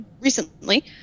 recently